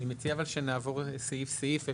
אני מציע שנעבור סעיף-סעיף.